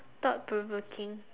thought provoking